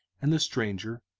and the stranger,